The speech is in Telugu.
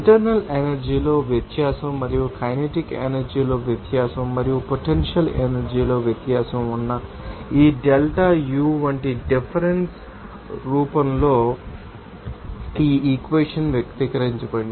ఇంటర్నల్ ఎనర్జీ లో వ్యత్యాసం మరియు కైనెటిక్ ఎనర్జీ లో వ్యత్యాసం మరియు పొటెన్షియల్ ఎనర్జీ లో వ్యత్యాసం ఉన్న ఈ డెల్టా U వంటి ఈ డిఫరెన్స్ రూపంలో ఈ ఇక్వెషన్ వ్యక్తపరచండి